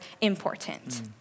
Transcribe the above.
important